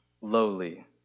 lowly